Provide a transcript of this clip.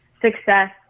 success